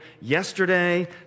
yesterday